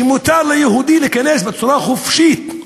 שמותר ליהודי להיכנס בצורה חופשית,